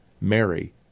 Mary